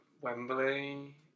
Wembley